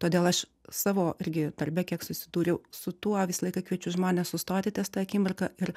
todėl aš savo irgi darbe kiek susidūriau su tuo visą laiką kviečiu žmones sustoti ties ta akimirka ir